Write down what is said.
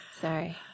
Sorry